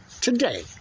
today